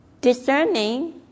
discerning